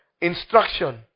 instruction